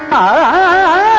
aa